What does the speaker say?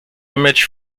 image